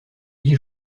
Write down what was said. guy